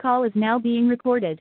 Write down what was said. call is now being recorded